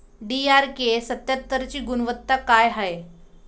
DRK सत्यात्तरची गुनवत्ता काय हाय?